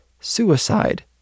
suicide